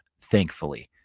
thankfully